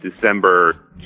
december